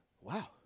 Wow